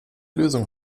lösung